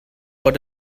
but